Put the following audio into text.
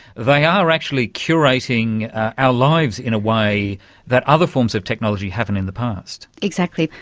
they are actually curating our lives in a way that other forms of technology haven't in the past. exactly.